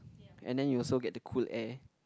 and then you also get the cool air